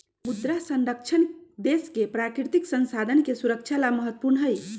मृदा संरक्षण देश के प्राकृतिक संसाधन के सुरक्षा ला महत्वपूर्ण हई